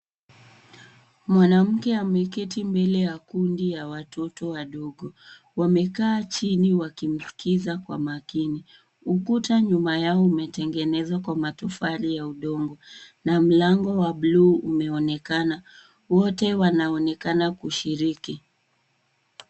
Mwanamke ameketi mbele ya kundi ya watoto wadogo. Wamekaa chini wakimskiza kwa umakini. Ukuta nyuma yao umetengenezwa kwa matofali ya udongo na mlango wa bluu umeonekana. Wote wanaonekana kushiriki.